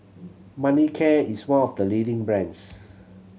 Manicare is one of the leading brands